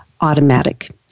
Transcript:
automatic